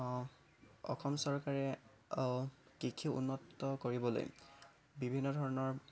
অ' অসম চৰকাৰে অ' কৃষি উন্নত কৰিবলৈ বিভিন্ন ধৰণৰ